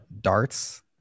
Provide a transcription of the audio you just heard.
darts